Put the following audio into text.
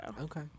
Okay